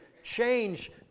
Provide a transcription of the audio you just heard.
change